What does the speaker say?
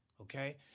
okay